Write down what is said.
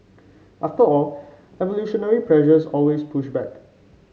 after all evolutionary pressures always push back